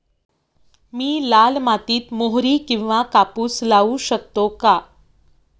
मी लाल मातीत मोहरी किंवा कापूस लावू शकतो का?